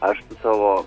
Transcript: aš savo